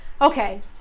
Okay